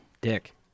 Dick